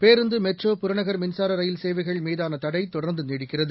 பேருந்து மெட்ரோ புறநகர் மின்சாரரயில் சேவைகள்மீதானதடைதொடர்ந்துநீடிக்கிறது